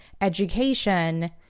education